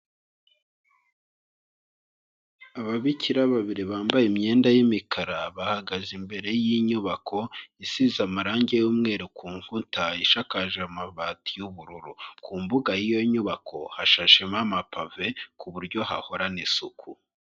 Ababikira babiri bambaye imyenda y'imikara bahagaze imbere y'inyubako isize amarangi y'umweru ku nkuta, ishakaje amabati y'ubururu. Ku mbuga y'iyo nyubako hashashemo amapave ku buryo hahorana isuku.